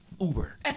Uber